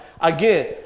again